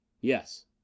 Yes